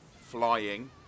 flying